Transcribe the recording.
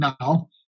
now